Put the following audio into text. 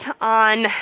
on